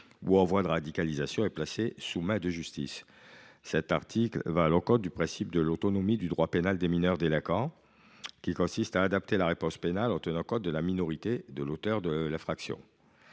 ou en voie de radicalisation et placés sous main de justice. Cet article va à l’encontre du principe de l’autonomie du droit pénal des mineurs délinquants, qui consiste à adapter la réponse pénale en tenant compte de la minorité de l’auteur de l’infraction.